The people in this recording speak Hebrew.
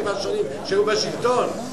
שבע שנים שהיו בשלטון.